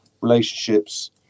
relationships